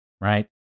right